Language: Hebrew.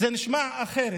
שזה נשמע אחרת.